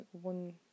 one